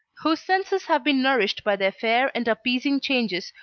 whose senses have been nourished by their fair and appeasing changes,